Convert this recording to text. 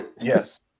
Yes